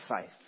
faith